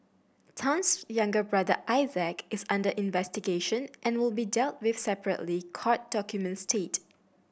Tan's younger brother Isaac is under investigation and will be dealt with separately court documents state